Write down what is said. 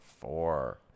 four